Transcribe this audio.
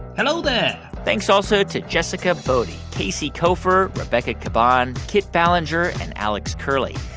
hello there thanks also to jessica boddy, casey koeffer, rebecca caban, kit ballenger and alex curley.